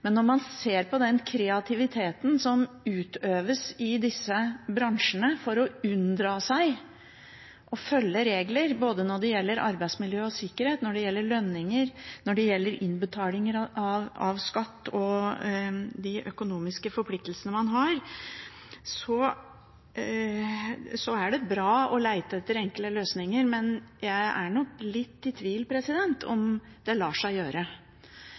men når man ser på den kreativiteten som utøves i disse bransjene for å unndra seg å følge regler – både når det gjelder arbeidsmiljø og sikkerhet, når det gjelder lønninger, når det gjelder innbetaling av skatt og de økonomiske forpliktelsene man har – så er det bra å lete etter enkle løsninger. Men jeg er nok litt i tvil om det lar seg gjøre,